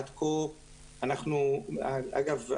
אגב,